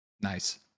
Nice